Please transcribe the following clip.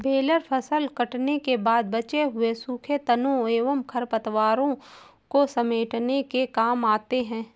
baler फसल कटने के बाद बचे हुए सूखे तनों एवं खरपतवारों को समेटने के काम आते हैं